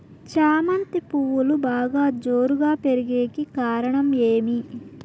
చామంతి పువ్వులు బాగా జోరుగా పెరిగేకి కారణం ఏమి?